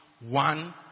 One